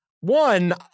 One